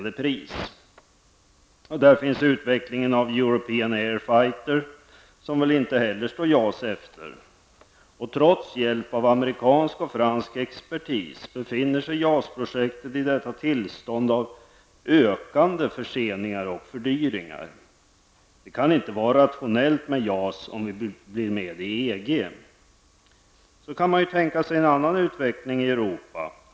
Det pågår också en utveckling av European Air Fighter, som väl inte heller står JAS efter. Trots hjälp av amerikansk och fransk expertis befinner sig JAS-projektet i detta tillstånd av ökande förseningar och fördyringar. Det kan inte vara rationellt med JAS om vi blir med i EG. Man kan också tänka sig en annan utveckling i Europa.